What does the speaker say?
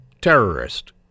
terrorist